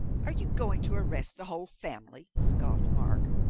are you going to arrest the whole family? scoffed mark.